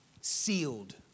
Sealed